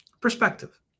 perspective